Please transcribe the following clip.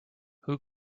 who